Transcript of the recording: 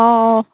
অঁ অঁ